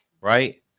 right